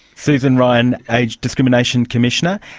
susan ryan, age discrimination commissioner,